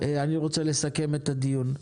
אני רוצה לסכם את הדיון.